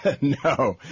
No